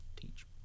teach